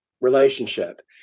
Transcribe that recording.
relationship